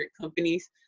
companies